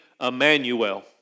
Emmanuel